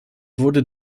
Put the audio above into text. wurde